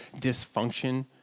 dysfunction